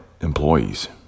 employees